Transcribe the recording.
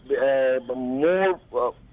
more